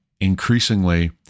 increasingly